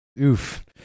Oof